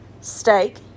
steak